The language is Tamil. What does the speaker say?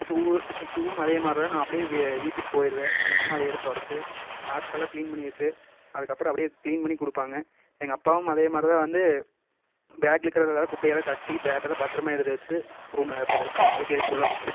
ஷூவு ஷூவும் அதேமாதிரிதான் நான் அப்படியே வீசிவிட்டு போயிருவேன் எங்கள் அம்மா அதை எடுத்து தொடச்சு சாக்ஸ் எல்லாம் கிளீன் பண்ணி வச்சு அதுக்கு அப்புறம் அப்படியே கிளீன் பண்ணி கொடுப்பாங்க எங்கள் அப்பாவும் அதேமாதிரிதான் வந்து பேகில் இருக்கிற குப்பை எல்லாம் தட்டி பேக்கலாம் பத்திரமா எடுத்து வச்சு ரூமில் வைப்பாரு அதுக்கு ஹெல்ப் ஃபுல்லாக